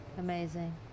Amazing